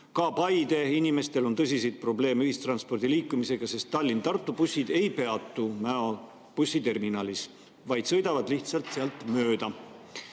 Ka Paide inimestel on tõsiseid probleeme ühistranspordi liikumisega, sest Tallinna–Tartu bussid ei peatu Mäo bussiterminalis, vaid sõidavad lihtsalt sealt mööda.